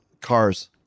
Cars